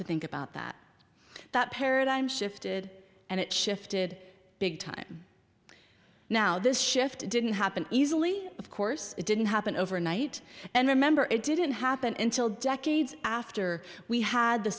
to think about that that paradigm shifted and it shifted big time now this shift didn't happen easily of course it didn't happen overnight and remember it didn't happen in til decades after we had the